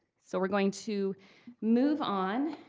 so we're going to move on.